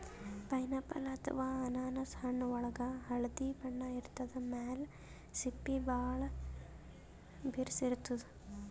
pineapple ಅಥವಾ ಅನಾನಸ್ ಹಣ್ಣ್ ಒಳ್ಗ್ ಹಳ್ದಿ ಬಣ್ಣ ಇರ್ತದ್ ಮ್ಯಾಲ್ ಸಿಪ್ಪಿ ಭಾಳ್ ಬಿರ್ಸ್ ಇರ್ತದ್